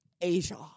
Asia